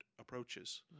approaches